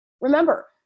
Remember